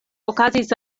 okazis